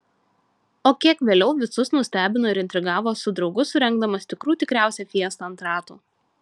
o kiek vėliau visus nustebino ir intrigavo su draugu surengdamas tikrų tikriausią fiestą ant ratų